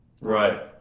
right